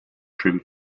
trim